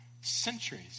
centuries